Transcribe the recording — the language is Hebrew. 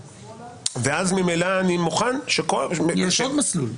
ואז ממילא אני מוכן --- יש עוד מסלול.